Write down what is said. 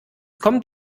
kommt